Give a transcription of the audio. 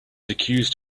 accused